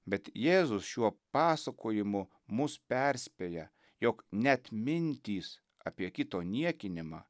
bet jėzus šiuo pasakojimu mus perspėja jog net mintys apie kito niekinimą